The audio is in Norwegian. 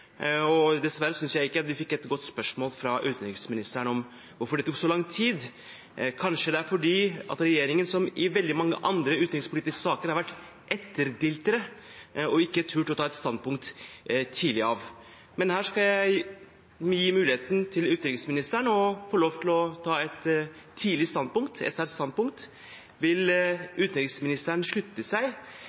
Dessverre synes jeg ikke vi fikk et godt svar fra utenriksministeren på hvorfor det tok så lang tid. Kanskje er det fordi regjeringen, som i veldig mange andre utenrikspolitiske saker, har vært etterdiltere og ikke turt å ta et standpunkt tidlig. Her skal jeg gi utenriksministeren mulighet til å ta et tidlig standpunkt, et sterkt standpunkt: Vil utenriksministeren slutte seg